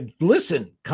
listen